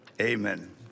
amen